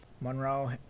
Monroe